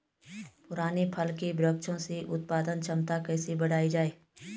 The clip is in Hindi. पुराने फल के वृक्षों से उत्पादन क्षमता कैसे बढ़ायी जाए?